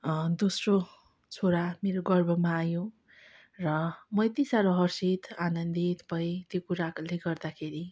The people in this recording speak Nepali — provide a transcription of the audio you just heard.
दोस्रो छोरा मेरो गर्वमा आयो र म यत्ति साह्रो हर्षित आनन्दित भएँ त्यो कुराले गर्दाखेरि